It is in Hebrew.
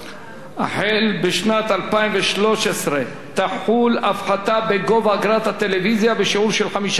משנת 2013 תחול הפחתה בגובה אגרת הטלוויזיה בשיעור של 5% בכל שנה.